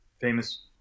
famous